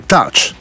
Touch